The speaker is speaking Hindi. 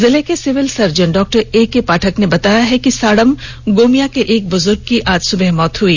जिले के सिविल सर्जन डॉ एके पाठक ने बताया है कि साड़म गोमिया के एक बुजुर्ग की आज सुबह मृत्यु हो गई